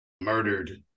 murdered